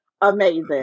amazing